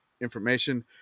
information